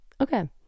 okay